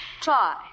Try